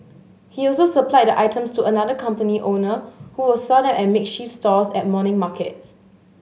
he also supplied the items to another company owner who would sell them at makeshift stalls at morning markets